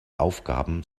aufgaben